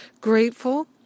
grateful